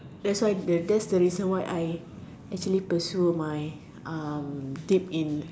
that's why that's the reason why I actually pursue my um dip in